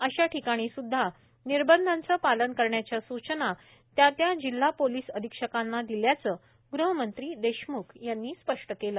अशा ठिकाणीस्द्धा निर्बधांचे पालन करण्याच्या सूचना त्या त्या जिल्हापोलिस अधिक्षकांना दिल्याल्याचे गृहमंत्री देशम्ख यांनी स्पष्ट केले